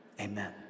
Amen